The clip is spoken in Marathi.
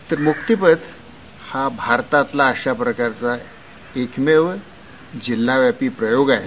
तरमुक्तीपथहाभारतात लाअशाप्रकारचाएकमेवजिल्हाव्यापीप्रयोगआहे